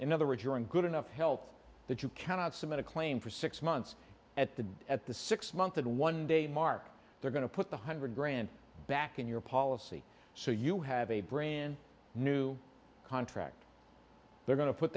in other words you're in good enough help that you cannot submit a claim for six months at the at the six month and one day mark they're going to put the hundred grand back in your policy so you have a brand new contract they're going to put